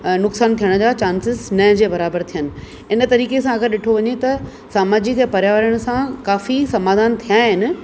नुक़सान थियण जा चांसिस न जे बराबरि थियनि इन तरीक़े सां अगरि ॾिठो वञे त समाजिक ऐं पर्यावरण सां काफ़ी समाधान थिया आहिनि